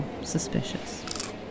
suspicious